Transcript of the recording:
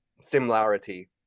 similarity